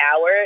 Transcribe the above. hour